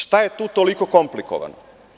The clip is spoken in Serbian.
Šta je tu toliko komplikovano?